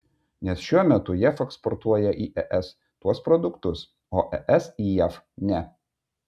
nes šiuo metu jav eksportuoja į es tuos produktus o es į jav ne